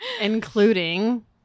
Including